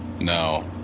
no